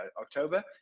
October